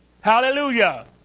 Hallelujah